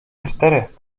czterech